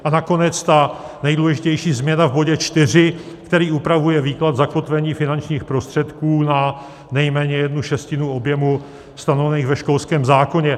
A nakonec ta nejdůležitější změna v bodě 4, který upravuje výklad zakotvení finančních prostředků na nejméně jednu šestinu objemu stanovených ve školském zákoně.